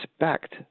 respect